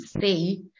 see